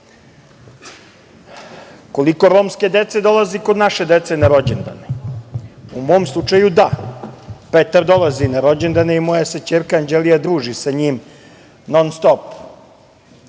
bolji. Koliko romske dece dolazi kod naše dece na rođendane? U mom slučaju da, Petar dolazi na rođendane i moja se ćerka Anđelija druži sa njim.